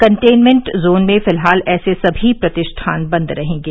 containment zone में फिलहाल ऐसे सभी प्रतिष्ठान बंद रहेंगे